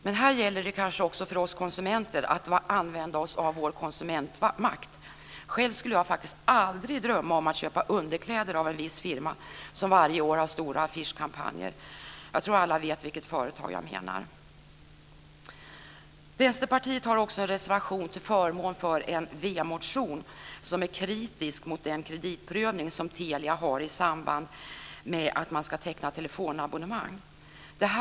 Men det gäller kanske också för oss konsumenter att använda oss av vår konsumentmakt. Själv skulle jag aldrig drömma om att köpa underkläder av en viss firma som varje år har stora affischkampanjer. Jag tror att alla vet vilket företag jag menar. Vänsterpartiet har också en reservation till förmån för en v-motion där man är kritisk mot den kreditprövning som Telia gör i samband med att telefonabonnemang tecknas.